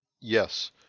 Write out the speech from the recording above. Yes